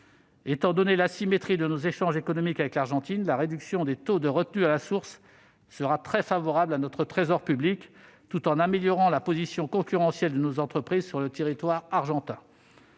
tenu de l'asymétrie de nos échanges économiques avec l'Argentine, la réduction des taux de retenue à la source sera très bénéfique au Trésor public, tout en améliorant la position concurrentielle de nos entreprises sur le territoire argentin.